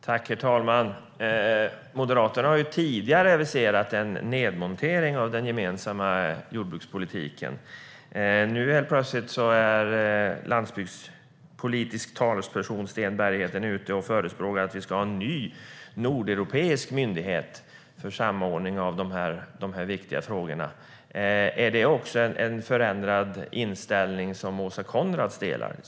Herr talman! Moderaterna har tidigare aviserat en nedmontering av den gemensamma jordbrukspolitiken. Nu helt plötsligt är den landsbygdspolitiske talespersonen Sten Bergheden ute och förespråkar att vi ska ha en ny nordeuropeisk myndighet för samordning av dessa viktiga frågor. Är det en förändrad inställning som Åsa Coenraads delar?